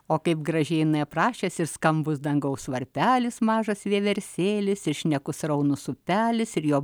o kaip gražiai aprašęs ir skambus dangaus varpelis mažas vieversėlis ir šnekus sraunus upelis ir jo